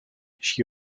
she